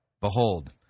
Behold